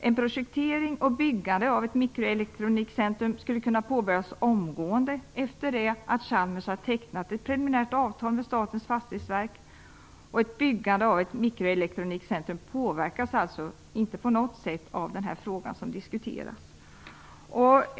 En projektering och ett byggande av ett mikroelektronikcentrum skulle kunna påbörjas omgående efter det att Chalmers har tecknat ett preliminärt avtal med Statens fastighetsverk. Ett byggande av ett mikroelektronikcentrum påverkas alltså inte på något sätt av den fråga som vi nu diskuterar.